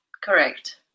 correct